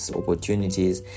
opportunities